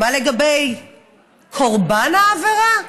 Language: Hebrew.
מה לגבי קורבן העבירה?